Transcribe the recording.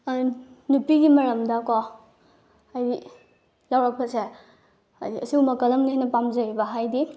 ꯅꯨꯄꯤꯒꯤ ꯃꯔꯝꯗꯀꯣ ꯍꯥꯏꯗꯤ ꯌꯥꯎꯔꯛꯄꯁꯦ ꯍꯥꯏꯗꯤ ꯑꯁꯤꯒꯨꯝꯕ ꯀꯂꯝꯅ ꯍꯦꯟꯅ ꯄꯥꯝꯖꯩꯕ ꯍꯥꯏꯗꯤ